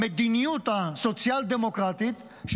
המדיניות הסוציאל-דמוקרטית,